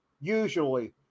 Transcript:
usually